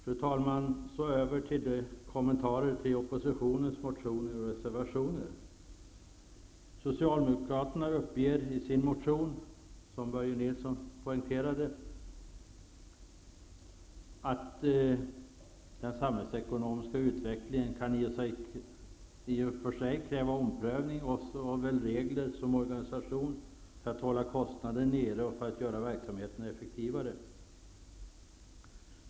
Fru talman! Så över till kommentarerna till oppositionens motioner och reservationer. Börje Nilsson poängterade, att den samhällsekonomiska utvecklingen i och för sig kan kräva omprövning av såväl regler som organisation för att hålla kostnaderna nere och för att göra verksamheten effektivare.